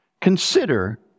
Consider